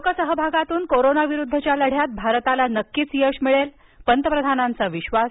लोकसहभागातून कोरोनाविरुद्धच्या लढ्यात भारताला नक्कीच यश मिळेल पंतप्रधानांचा विश्वास